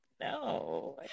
no